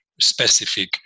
specific